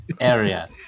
area